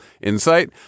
insight